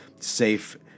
safe